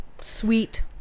sweet